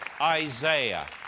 Isaiah